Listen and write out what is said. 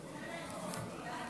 נתקבלו.